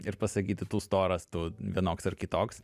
ir pasakyti tu storas tu vienoks ar kitoks